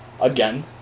again